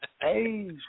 Hey